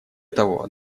того